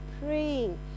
praying